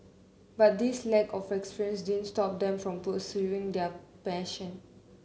but this lack of experience didn't stop them from pursuing their passion